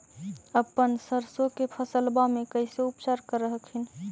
अपन सरसो के फसल्बा मे कैसे उपचार कर हखिन?